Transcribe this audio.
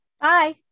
Bye